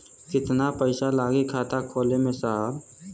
कितना पइसा लागि खाता खोले में साहब?